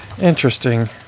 interesting